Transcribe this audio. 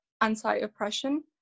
anti-oppression